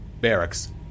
Barracks